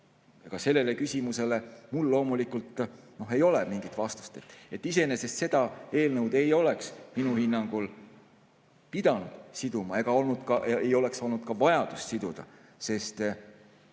Sellele küsimusele mul loomulikult ei ole mingit vastust. Iseenesest seda eelnõu ei oleks minu hinnangul pidanud siduma ega oleks olnud ka vajadust siduda